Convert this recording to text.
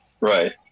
Right